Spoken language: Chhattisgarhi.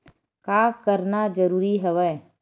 का करना जरूरी हवय?